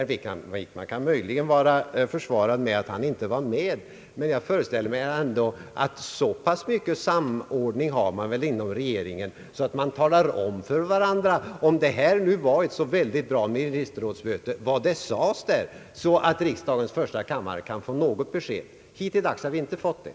Herr Wickman kan möjligen vara försvarad av att han inte var med, men jag föreställer mig dock att man har så pass mycket samarbete inom regeringen, att man talar om för varandra — om nu detta var ett så bra ministermöte — vad som sades där, så att riksdagens första kammare kan få något besked, Hittilldags har vi inte fått det.